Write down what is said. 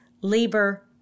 labor